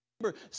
remember